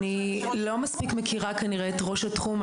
אני לא מספיק מכירה כנראה את ראש התחום.